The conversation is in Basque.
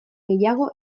gehiago